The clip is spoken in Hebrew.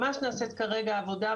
ממש נעשית כרגע עבודה,